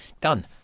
done